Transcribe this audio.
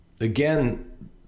Again